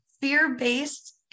fear-based